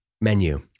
menu